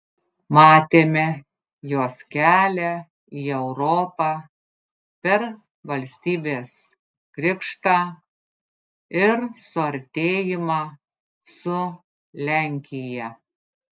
matėme jos kelią į europą per valstybės krikštą ir suartėjimą su lenkija